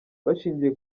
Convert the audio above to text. bashingiye